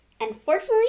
Unfortunately